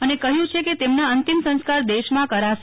અને કહ્યું છે કેતેમના અંતિમ સંસ્કાર દેશમાં કરાશે